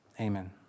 amen